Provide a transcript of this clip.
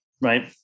right